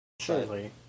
Surely